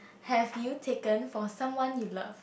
have you taken for someone you love